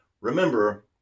Remember